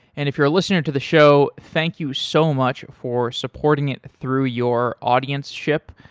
and if you're listening to the show, thank you so much for supporting it through your audienceship.